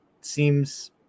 Seems